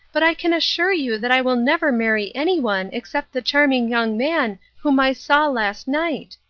but i can assure you that i will never marry anyone except the charming young man whom i saw last night.